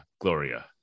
gloria